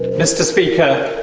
mr speaker,